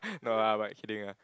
no lah but kidding ah